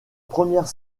première